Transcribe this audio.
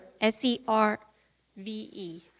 s-e-r-v-e